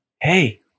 Hey